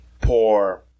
poor